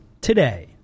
today